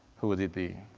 who would it be?